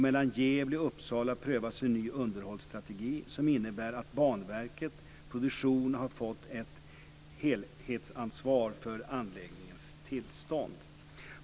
Mellan Gävle och Uppsala prövas en ny underhållsstrategi som innebär att Banverket Produktion har fått ett helhetsansvar för anläggningens tillstånd.